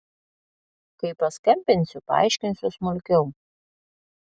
kai paskambinsiu paaiškinsiu smulkiau